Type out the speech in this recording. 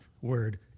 word